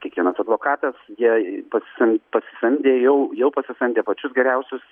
kiekvienas advokatas jie pasisam pasisamdė jau jau pasisamdė pačius geriausius